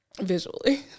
visually